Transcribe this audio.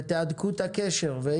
ותהדקו את הקשר ביניכם.